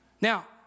Now